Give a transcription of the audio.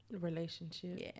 relationship